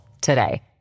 today